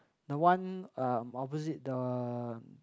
the one um opposite the